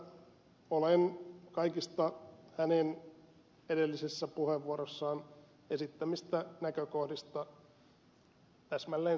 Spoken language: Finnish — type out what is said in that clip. kanervalle että olen kaikista hänen edellisessä puheenvuorossaan esittämistään näkökohdista täsmälleen